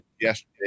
yesterday